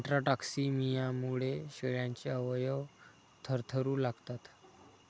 इंट्राटॉक्सिमियामुळे शेळ्यांचे अवयव थरथरू लागतात